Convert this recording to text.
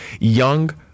young